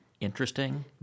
interesting